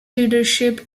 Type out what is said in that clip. leadership